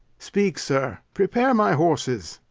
speak, sir prepare my horses.